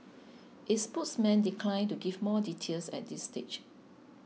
its spokesman declined to give more details at this stage